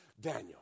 Daniel